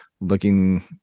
looking